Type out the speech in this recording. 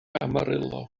amarillo